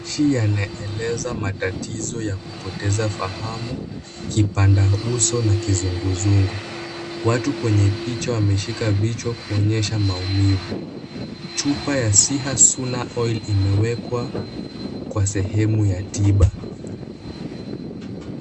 Shii anaeleza matatizo ya kupoteza fahamu, kipanda uso na kizunguzungu. Watu kwenye picha wameshika vichwa kuonyesha maumivu. Chupa ya Sia Suna Oil imewekwa kwa sehemu ya tiba.